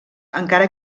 encara